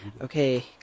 Okay